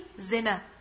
Zina